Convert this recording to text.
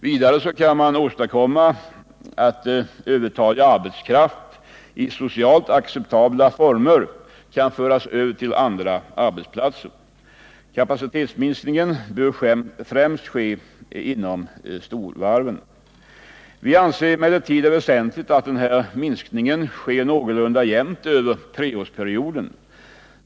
Vidare kan man åstadkomma att övertalig arbetskraft i socialt acceptabla former kan föras över till andra arbetsplatser. Kapacitetsminskningen bör ske främst inom storvarven. Vi anser emellertid att det är väsentligt att minskningen sker någorlunda jämnt över treårsperioden.